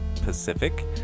Pacific